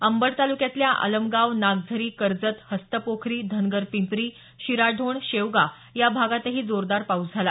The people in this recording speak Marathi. अंबड तालुक्यातल्या आलमगाव नागझरी कर्जत हस्तपोखरी धनगरपिंप्री शिराढोण शेवगा या भागातही जोरदार पाऊस झाला